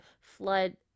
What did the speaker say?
flood